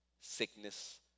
sickness